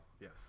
Yes